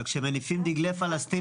אבל מניפים דגלי פלסטין.